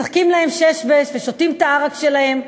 משחקים להם שש-בש ושותים את העראק שלהם,